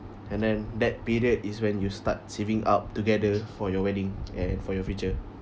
and then that period is when you start saving up together for your wedding and for your future